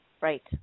Right